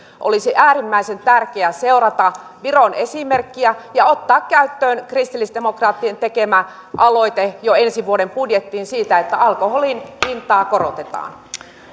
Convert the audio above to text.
olisi äärimmäisen tärkeää seurata viron esimerkkiä ja ottaa käyttöön kristillisdemokraattien tekemä aloite jo ensi vuoden budjettiin siitä että alkoholin hintaa korotetaan